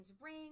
Ring